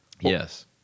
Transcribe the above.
Yes